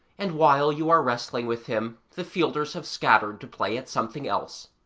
and while you are wrestling with him the fielders have scattered to play at something else.